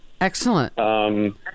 Excellent